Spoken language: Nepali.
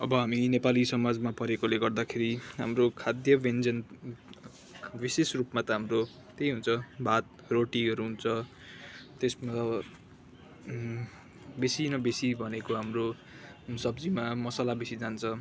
अब हामी नेपाली समाजमा परेकोले गर्दाखेरि हाम्रो खाद्य व्यञ्जन विशेष रूपमा त हाम्रो त्यही हुन्छ भात रोटीहरू हुन्छ त्यसमा त बेसी न बेसी भनेको हाम्रो सब्जीमा मसला बेसी जान्छ